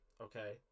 okay